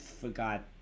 forgot